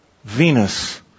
Venus